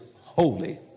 Holy